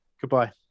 Goodbye